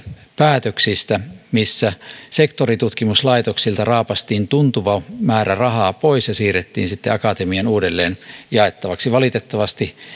päätöksistä missä sektoritutkimuslaitoksilta raapaistiin tuntuva määrä rahaa pois ja siirrettiin sitten akatemian uudelleen jaettavaksi valitettavasti